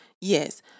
Yes